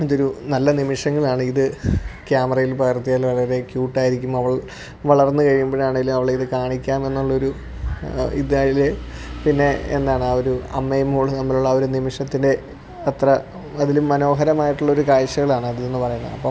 ഇതൊരു നല്ല നിമിഷങ്ങളാണിത് ക്യാമറയിൽ പകർത്തിയാല് വളരെ ക്യൂട്ടായിരിക്കും അവൾ വളർന്ന് കഴിയുമ്പഴാണേലും അവളെ ഇത് കാണിക്കാമെന്നുള്ള ഒരു ഇതായില്ലേ പിന്നെ എന്നാണ് ഒരു അമ്മയും മോളും തമ്മിലുള്ള ഒരു നിമിഷത്തിന്റെ അത്ര അതിലും മനോഹരമായിട്ടുള്ള ഒരു കാഴ്ചകളാണത് എന്ന് പറയുന്നത് അപ്പം